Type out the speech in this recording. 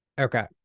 Okay